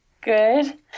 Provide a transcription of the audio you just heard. Good